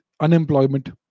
unemployment